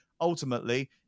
ultimately